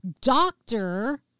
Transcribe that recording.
doctor